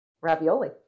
Ravioli